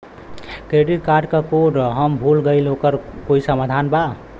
Credit card क code हम भूल गइली ओकर कोई समाधान बा?